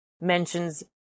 mentions